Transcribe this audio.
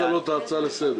גפני, לקחת לו את ההצעה לסדר.